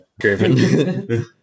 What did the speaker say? Griffin